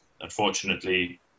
unfortunately